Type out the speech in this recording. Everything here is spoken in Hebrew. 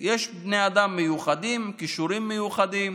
יש בני אדם מיוחדים, כישורים מיוחדים.